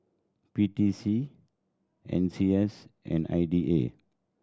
P T C N C S and I D A